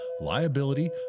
liability